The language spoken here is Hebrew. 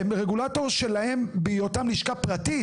הם רגולטור שלהם בהיותם לשכה פרטית.